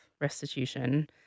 restitution